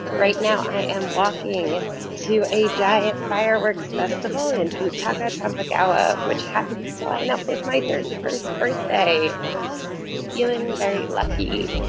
right now i am walking to a giant fireworks festival in futako tamagawa, which happens to line up with my thirty first birthday feeling very lucky.